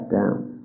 down